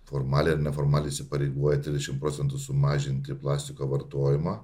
formaliai ar neformaliai įsipareigoja trisdešimt procentų sumažinti plastiko vartojimą